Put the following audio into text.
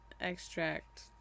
extract